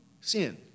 sin